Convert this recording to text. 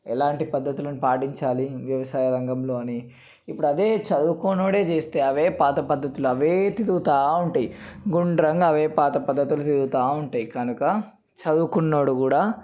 ఎలాంటి పద్ధతులను పాటించాలి వ్యవసాయ రంగంలో అని ఇప్పుడు అదే చదువుకోని వాడే చేస్తే అవే పాత పద్ధతులు అవే తిరుగుతూ ఉంటాయి గుండ్రంగా అవే పాత పద్ధతులు తిరుగుతూ ఉంటాయి కనుక చదువుకున్నవాడు కూడా